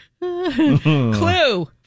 clue